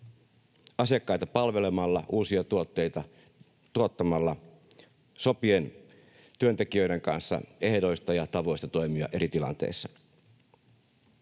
asiakkaita palvelemalla, uusia tuotteita tuottamalla, sopien työntekijöiden kanssa ehdoista ja tavoista toimia eri tilanteissa.